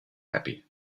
happy